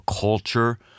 culture